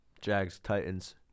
Jags-Titans